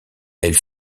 elle